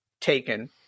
taken